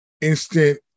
instant